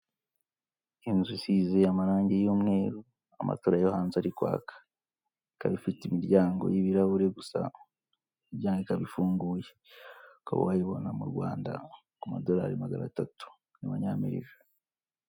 Inzu isize yuzuye amarangi y'umweru amatara yo hanze ari kwaka, ikaba ifite imiryango y'ibirahuri gusa, ika ifunguye ukaba wayibona mu Rwanda ku madorari magana atatu y'abanyamerika.